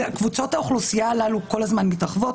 קבוצות האוכלוסייה הללו כל הזמן מתרחבות.